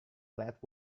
let